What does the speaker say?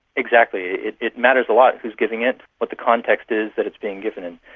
exactly, it it matters a lot who is giving it, what the context is that it's being given in.